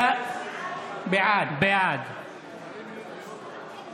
בעד יפעת שאשא ביטון,